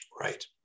Right